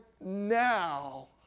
now